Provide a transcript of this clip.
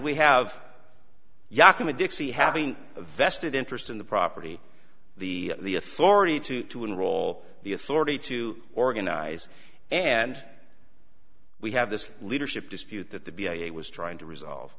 we have yakima dixie having a vested interest in the property the the authority to to enroll the authority to organize and we have this leadership dispute that the be a was trying to resolve